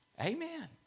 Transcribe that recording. Amen